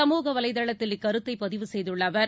சமூக வலைதளத்தில் இக்கருத்தை பதிவு செய்துள்ள அவர்